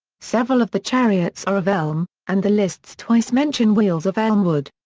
several of the chariots are of elm, and the lists twice mention wheels of elmwood.